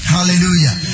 Hallelujah